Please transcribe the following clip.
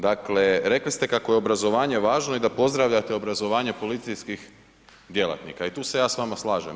Dakle, rekli ste kako je obrazovanje važno i da pozdravljate obrazovanje policijskih djelatnika i tu se ja s vama slažem.